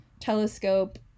telescope